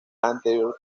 anterior